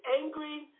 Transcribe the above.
angry